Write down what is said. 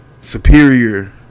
superior